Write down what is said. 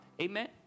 Amen